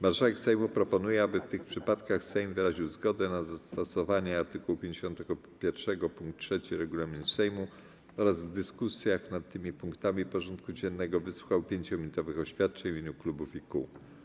Marszałek Sejmu proponuje, aby w tych przypadkach Sejm wyraził zgodę na zastosowanie art. 51 pkt 3 regulaminu Sejmu oraz w dyskusjach nad tymi punktami porządku dziennego wysłuchał 5-minutowych oświadczeń w imieniu klubów i kół.